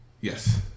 Yes